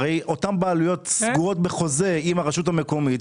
הרי אותן בעלויות סגורות בחוזה עם הרשות המקומית,